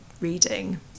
reading